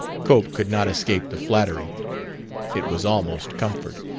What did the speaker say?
cope could not escape the flattery it was almost comfort.